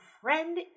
friend